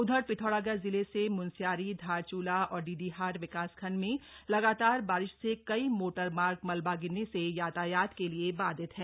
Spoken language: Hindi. उधर पिथौरागढ़ जिले से मुनस्यारी धारचूला और डीडीहाट विकासखंड में लगातार बारिश से कई मोटरमार्ग मलबा गिरने से यातायात के लिए बाधित है